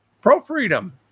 Pro-freedom